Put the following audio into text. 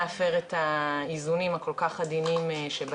וככל שניתן גם נכס כלכלי מבלי להפר את האיזונים הכול כך עדינים שבטבע